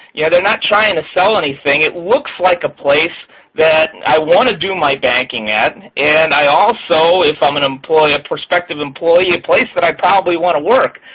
yeah they're not trying to sell anything. it looks like a place that i want to do my banking at, and i also, if i'm an employee, or a prospective employee, a place that i probably want to work.